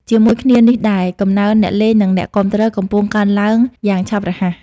ជាមួយគ្នានេះដែរ កំណើនអ្នកលេង និងអ្នកគាំទ្រ កំពុងកើនឡើងយ៉ាងឆាប់រហ័ស។